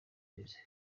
bimeze